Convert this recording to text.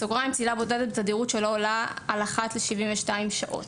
(צלילה בודדת בתדירות שלא עולה על אחת ל-72 שעות).